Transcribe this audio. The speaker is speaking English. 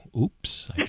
oops